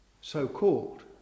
so-called